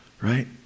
right